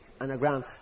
underground